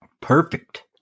Perfect